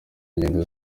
ingendo